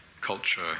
culture